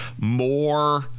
more